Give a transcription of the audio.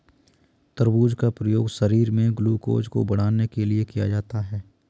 तरबूज का प्रयोग शरीर में ग्लूकोज़ को बढ़ाने के लिए किया जाता है